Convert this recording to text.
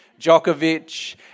Djokovic